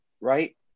right